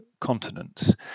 continents